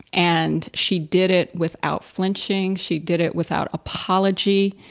and she did it without flinching, she did it without apology,